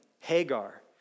Hagar